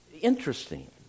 Interesting